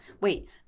Wait